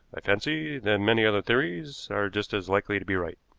i fancy, that many other theories are just as likely to be right.